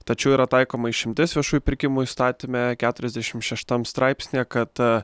tačiau yra taikoma išimtis viešųjų pirkimų įstatyme keturiasdešimt šeštam straipsnyje kad a